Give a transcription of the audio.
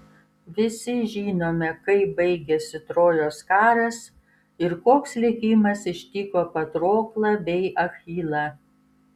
visi žinome kaip baigėsi trojos karas ir koks likimas ištiko patroklą bei achilą